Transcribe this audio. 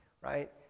right